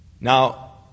Now